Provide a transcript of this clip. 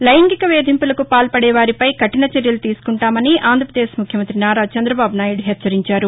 లైంగిక వేదింపులకు పాల్పదేవారిపై కఠినచర్యలు తీసుకంటామని ఆంధ్రాపదేశ్ ముఖ్యమంత్రి నారా చంద్రబాబు నాయుడు హెచ్చరించారు